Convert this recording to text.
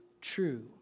true